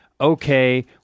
okay